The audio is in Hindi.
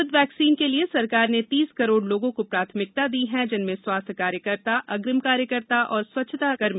कोविड वैक्सीन के लिए सरकार ने तीस करोड लोगों को प्राथमिकता दी है जिनमें स्वास्थ्य कार्यकर्ता अग्रिम कार्यकर्ता और स्वच्छता कर्मचारी शामिल हैं